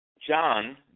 John